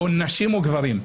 או נשים או גברים.